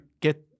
get